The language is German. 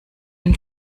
ein